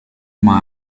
uma